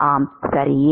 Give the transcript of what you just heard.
ஆம் சரியே